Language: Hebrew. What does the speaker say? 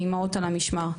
מאימהות על המשמר.